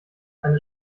eine